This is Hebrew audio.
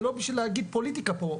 זה לא בשביל להגיד פוליטיקה פה,